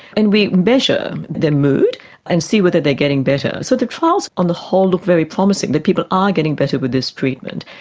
and we measure their mood and see whether they are getting better. so the trials on the whole look very promising, that people are getting better with this treatment.